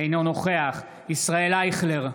אינו נוכח ישראל אייכלר,